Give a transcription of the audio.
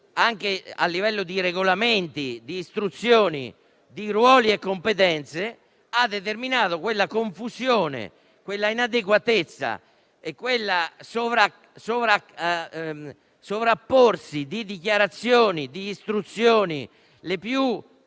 anche a livello di regolamenti, istruzioni, ruoli e competenze, ha determinato quella confusione, quella inadeguatezza e quel sovrapporsi di dichiarazioni e delle più